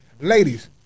Ladies